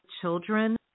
children